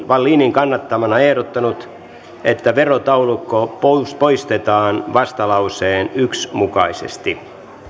wallinin kannattamana ehdottanut että verotaulukko poistetaan vastalauseen yksi mukaisesti